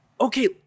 Okay